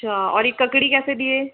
अच्छा और ये ककड़ी कैसे दिए